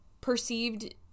perceived